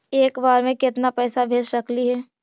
एक बार मे केतना पैसा भेज सकली हे?